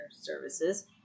services